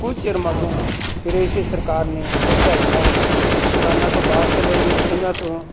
ਕੁਝ ਚਿਰ ਮਗਰੋਂ ਫਿਰ ਇਸੇ ਸਰਕਾਰ ਨੇ ਉਹ ਸਹਾਇਤਾ ਕਿਸਾਨਾਂ ਤੋਂ ਵਾਪਸ ਲੈ ਲਈ ਕਈਆਂ ਤੋਂ